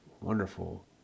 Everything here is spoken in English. wonderful